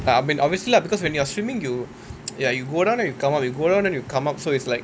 ah I mean obviously lah because when you are swimming you ya you go down then you come up you go down then you come up so it's like